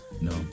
No